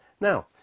Now